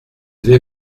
vais